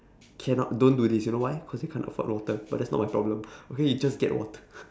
cannot don't do this you know why cause they can't afford water but that's not my problem okay you just get the water